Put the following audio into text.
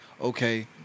okay